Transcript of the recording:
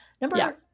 Number